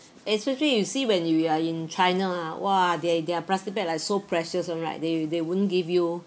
especially you see when you you are in china ah !wah! they their plastic bag like so precious one right they they wouldn't give you